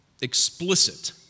explicit